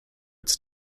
its